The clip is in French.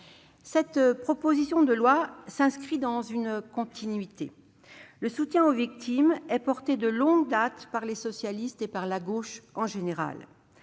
Cette proposition de loi s'inscrit dans une continuité : le soutien aux victimes est défendu de longue date par les socialistes et par la gauche en général.